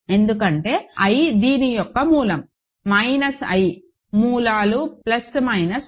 ఎందుకంటే i దీని యొక్క మూలం మైనస్ i మూలాలు plus minus i plus minus i